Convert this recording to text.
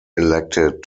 elected